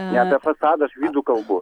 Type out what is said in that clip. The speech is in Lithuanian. ne apie fasadą aš vidų kalbu